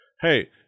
hey